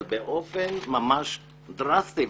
ובאופן ממש דרסטי.